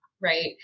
right